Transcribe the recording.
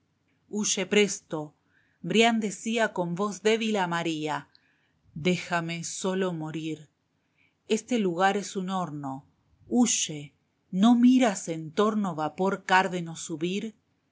huye presto brian decía con voz débil a maría déjame solo morir este lugar es un horno huye no miras en torno vapor cárdeno subir